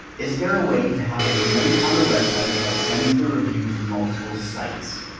is there a way to have a link on a website that sends the review to multiple sites?